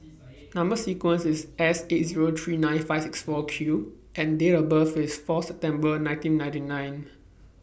Number sequence IS S eight Zero three nine five six four Q and Date of birth IS Fourth September nineteen ninety nine